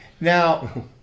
Now